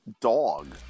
Dog